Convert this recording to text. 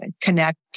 connect